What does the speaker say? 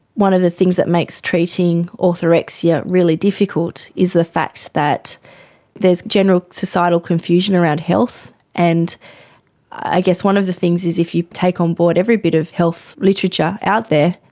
one of the things that makes treating orthorexia really difficult is the fact that there's general societal confusion around health. and i guess one of the things is if you take on board every bit of health literature out there,